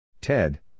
Ted